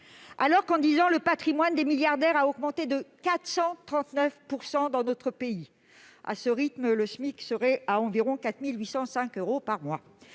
pauvres. En dix ans, le patrimoine des milliardaires a augmenté de 439 % dans notre pays. À ce rythme, le SMIC serait à 4 805 euros par mois